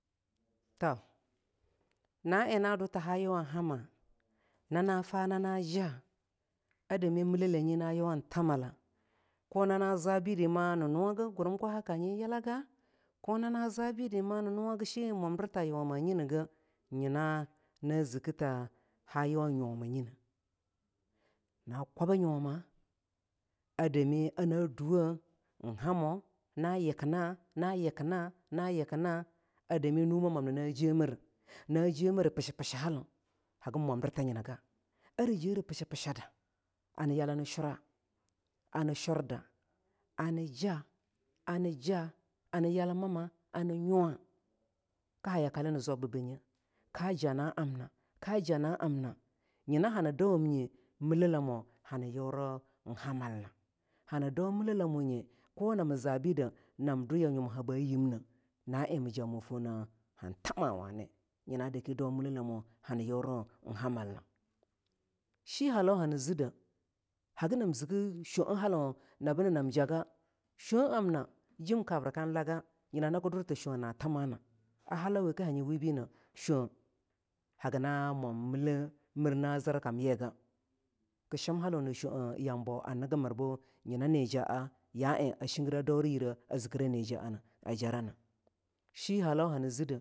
To, na eing a dutta aa yunwang hamma nana fanana ja a dami lillelenyi aa uwang thamala ko nana zabidima nii nuwagi gurumkwahaka nyi yilagah, ko na na za bidima ni nuwagi shi, mwamdirta yuwa nyinageh nyina na ziki ta haa yuwan nyomanyine na kwaba nyoma, a dami ana duwoh eing ammoh na yikkinnah na ikkinna, na yikkinna a dami numemamna naa emere ne jemere pishe-pisha dalaun hagin mwandirta yinaga ara jeri pishe-pishe da ani yala ni shura ani shurda ani jaa, anijaah, ani yala amma ani nyuwa kii ha yakale nii zwabbi banye kaa ja na amna kaa ja aa amna nyina kani dawum nyi milelamo hani yurin hamalna ani daumilelamunye nama abi dah nam du ya nyuma ha baa yimne na eing mii ja mu foangner han thama wanii, nyina daki dau millelamunye ani yurin ein hamalna. shi halau hani zidde hagi nam zikki sheaw halau na bii na nam jaahga sheaw amna, jem kabra kan lagga nyina naki durtta sheaw na thamanah a halauwe kii hanyi wii bine sheaw haggina mwam mille mir na zir kamyiga kii shim halau na sheaw yambo niggi mir buh nyina nii jaah ya eing a shingire daure gire a zikire nijaah na a jarana.